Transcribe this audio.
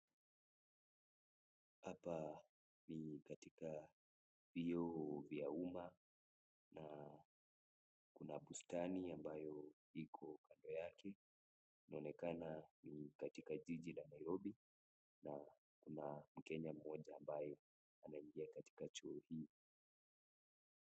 Hapa ni katika vyuo vya umma na kuna bustani ambayo iko kando yake na inaonekana ni katika jiji la Nairobi na kuna mkenya mmoja ambaye anaingia katika chuo hii.